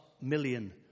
million